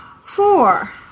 four